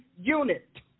unit